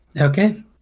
Okay